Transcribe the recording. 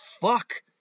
fuck